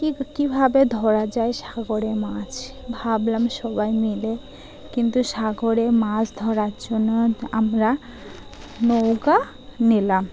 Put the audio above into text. কী কীভাবে ধরা যায় সাগরে মাছ ভাবলাম সবাই মিলে কিন্তু সাগরে মাছ ধরার জন্য আমরা নৌকা নিলাম